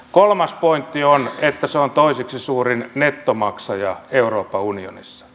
kolmas pointti on että se on toiseksi suurin nettomaksaja euroopan unionissa